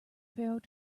pharaoh